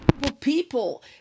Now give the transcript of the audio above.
people